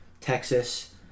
Texas